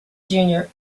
junior